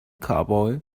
cowboy